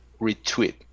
retweet